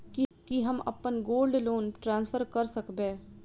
की हम अप्पन gold loan transfer करऽ सकबै?